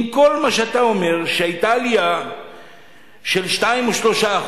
עם כל מה שאתה אומר שהיתה עלייה של 2% או 3%,